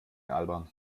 albern